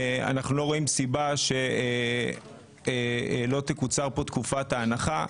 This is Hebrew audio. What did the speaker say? אנו לא רואים סיבה שלא תקוצר פה תקופת ההנחה.